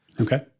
Okay